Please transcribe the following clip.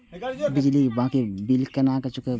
बिजली की बाकी बील केना चूकेबे?